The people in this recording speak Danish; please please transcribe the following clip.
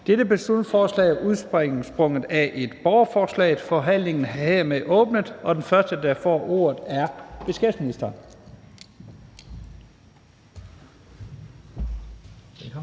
Dette beslutningsforslag er udsprunget af et borgerforslag. Forhandlingen er hermed åbnet. Den første, der får ordet, er beskæftigelsesministeren.